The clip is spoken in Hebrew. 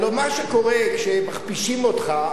הלוא מה שקורה כשמכפישים אותך,